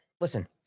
listen